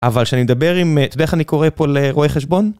אבל כשאני מדבר עם... את יודעת איך אני קורא פה לרואה חשבון?